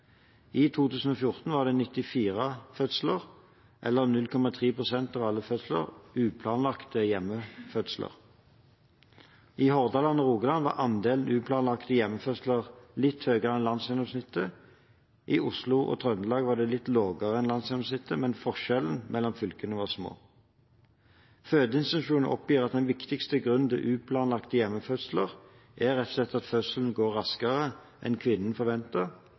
I 2014 var 194 fødsler, eller 0,3 pst. av alle fødsler, uplanlagte hjemmefødsler. I Hordaland og Rogaland var andelen uplanlagte hjemmefødsler litt høyere enn landsgjennomsnittet. I Oslo og Sør-Trøndelag var det litt lavere enn landsgjennomsnittet, men forskjellene mellom fylkene var små. Fødeinstitusjonene oppgir at den viktigste grunnen til uplanlagte hjemmefødsler er rett og slett at fødselen går raskere enn kvinnen forventer,